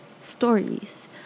stories